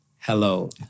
Hello